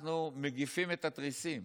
אנחנו מגיפים את התריסים,